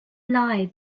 lie